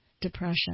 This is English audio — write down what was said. depression